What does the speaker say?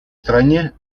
стране